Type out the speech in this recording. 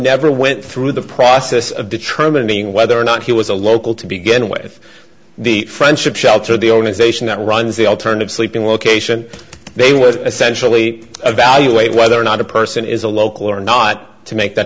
never went through the process of determining whether or not he was a local to begin with the friendship shelter the only station that runs the alternative sleeping location they would essentially evaluate whether or not a person is a local or not to make that